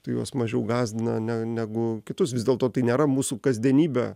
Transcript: tai juos mažiau gąsdina ne negu kitus vis dėlto tai nėra mūsų kasdienybė